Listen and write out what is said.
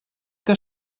que